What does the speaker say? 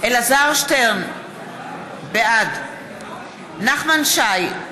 אלעזר שטרן, בעד נחמן שי,